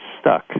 stuck